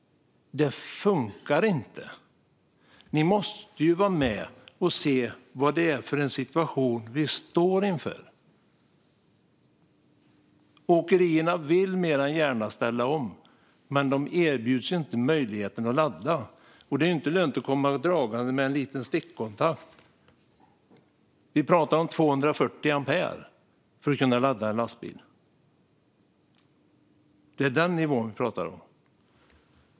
Det funkar inte. Ni måste vara med och se vad det är för situation vi står inför. Åkerierna vill mer än gärna ställa om, men de erbjuds inte möjligheten att ladda. Och det är inte lönt att komma dragande med en liten stickkontakt, utan vi pratar om 240 ampere för att kunna ladda en lastbil. Det är den nivå vi pratar om.